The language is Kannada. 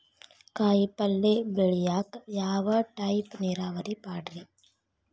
ಕಾಯಿಪಲ್ಯ ಬೆಳಿಯಾಕ ಯಾವ ಟೈಪ್ ನೇರಾವರಿ ಪಾಡ್ರೇ?